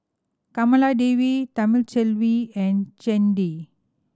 Kamaladevi Thamizhavel and Chandi